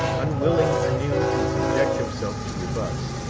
unwilling anew to subject himself to rebuffs,